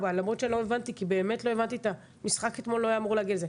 למרות שלא הבנתי כי המשחק אתמול לא היה אמור להגיע לזה,